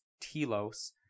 telos